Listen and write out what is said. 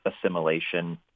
assimilation